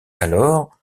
alors